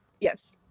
Yes